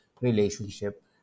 relationship